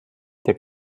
der